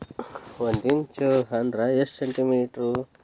ಒಂದಿಂಚು ಅಂದ್ರ ಎಷ್ಟು ಸೆಂಟಿಮೇಟರ್?